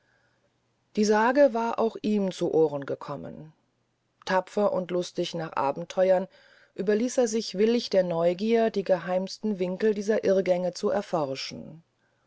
die sage war auch ihm zu ohren gekommen tapfer und lustig nach abentheuern überließ er sich willig der neugier die geheimsten winkel dieser irrgänge zu erforschen